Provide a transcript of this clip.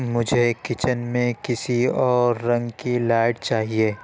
مجھے کچن میں کسی اور رنگ کی لائٹ چاہیئے